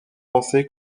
penser